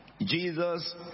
Jesus